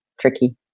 tricky